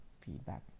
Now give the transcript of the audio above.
feedback